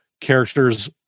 characters